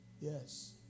Yes